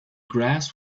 grass